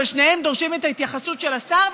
אבל שניהם דורשים את ההתייחסות של השר,